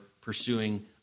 pursuing